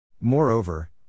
Moreover